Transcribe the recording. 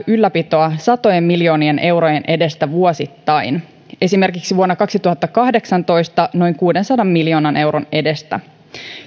ylläpitoa satojen miljoonien eurojen edestä vuosittain esimerkiksi vuonna kaksituhattakahdeksantoista noin kuudensadan miljoonan euron edestä